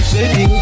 Baby